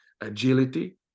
agility